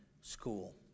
school